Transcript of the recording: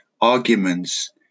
arguments